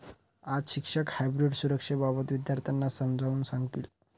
आज शिक्षक हायब्रीड सुरक्षेबाबत विद्यार्थ्यांना समजावून सांगतील